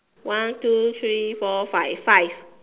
one two three four five five